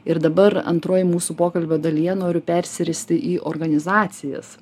ir dabar antroji mūsų pokalbio dalyje noriu persiristi į organizacijas